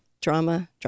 drama